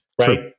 Right